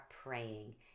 praying